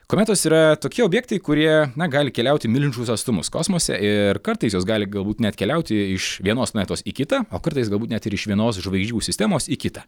kometos yra tokie objektai kurie na gali keliauti milžiniškus atstumus kosmose ir kartais jos gali galbūt net keliauti iš vienos planetos į kitą o kartais galbūt net ir iš vienos žvaigždžių sistemos į kitą